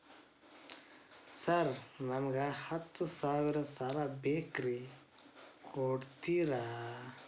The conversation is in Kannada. ಸರ್ ನನಗ ಹತ್ತು ಸಾವಿರ ಸಾಲ ಬೇಕ್ರಿ ಕೊಡುತ್ತೇರಾ?